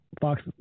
Fox